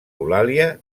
eulàlia